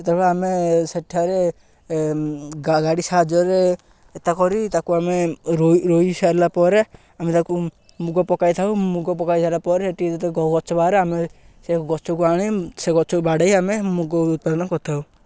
ଯେତେବେଳେ ଆମେ ସେଠାରେ ଗାଡ଼ି ସାହାଯ୍ୟରେ ଏତା କରି ତାକୁ ଆମେ ରୋଇ ରୋଇ ସାରିଲା ପରେ ଆମେ ତାକୁ ମୁଗ ପକାଇ ଥାଉ ମୁଗ ପକାଇ ସାରିଲା ପରେ ଏଠି ଯେତେବେଳେ ଗଛ ବାହାରେ ଆମେ ସେ ଗଛକୁ ଆଣି ସେ ଗଛକୁ ବାଡ଼େଇ ଆମେ ମୁଗ ଉତ୍ପାଦନ କରିଥାଉ